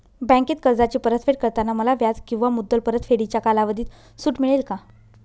बँकेत कर्जाची परतफेड करताना मला व्याज किंवा मुद्दल परतफेडीच्या कालावधीत सूट मिळेल का?